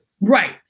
right